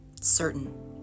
certain